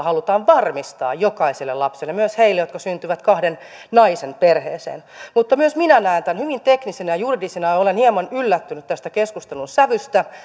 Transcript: halutaan varmistaa jokaiselle lapselle myös heille jotka syntyvät kahden naisen perheeseen mutta myös minä näen tämän hyvin teknisenä ja juridisena ja olen hieman yllättynyt tästä keskustelun sävystä